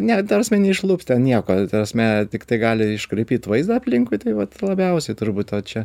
ne ta prasme neišlups ten nieko ta prasme tiktai gali iškraipyt vaizdą aplinkui tai vat labiausiai turbūt o čia